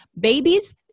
Babies